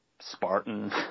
Spartan